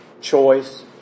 choice